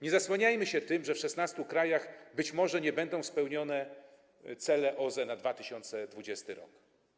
Nie zasłaniajmy się tym, że w 16 krajach być może nie będą spełnione cele OZE na 2020 r.